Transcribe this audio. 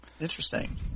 Interesting